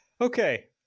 Okay